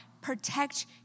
protect